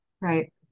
Right